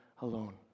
alone